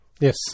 Yes